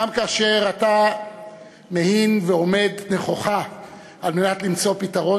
גם כאשר אתה מהין ועומד נכוחה על מנת למצוא פתרון,